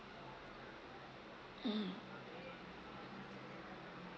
mm